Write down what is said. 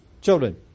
children